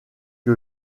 que